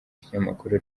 ikinyamakuru